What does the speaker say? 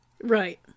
Right